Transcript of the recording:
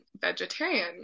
vegetarian